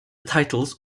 titles